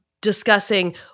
discussing